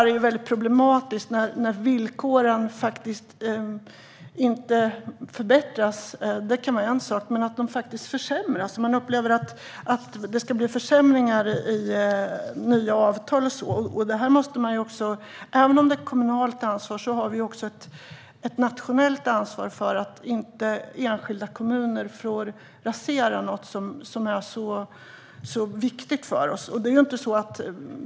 Det är problematiskt när villkoren försämras i nya avtal. Även om det är ett kommunalt ansvar har vi ett nationellt ansvar för att enskilda kommuner inte får rasera något som är så viktigt för oss.